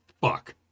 fuck